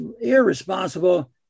irresponsible